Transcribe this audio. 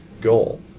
goal